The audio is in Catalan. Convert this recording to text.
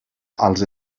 als